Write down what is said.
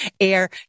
air